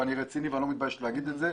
ואני רציני ולא מתבייש להגיד את זה.